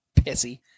Pissy